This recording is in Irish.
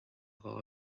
dhá